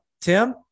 Tim